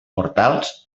mortals